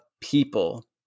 people